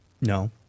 No